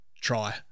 try